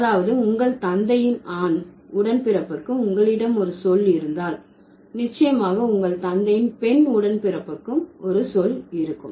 அதாவது உங்கள் தந்தையின் ஆண் உடன்பிறப்புக்கு உங்களிடம் ஒரு சொல் இருந்தால் நிச்சயமாக உங்கள் தந்தையின் பெண் உடன்பிறப்புக்கும் ஒரு சொல் இருக்கும்